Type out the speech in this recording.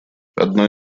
одной